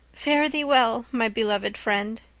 fare thee well, my beloved friend.